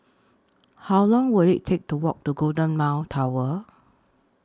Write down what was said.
How Long Will IT Take to Walk to Golden Mile Tower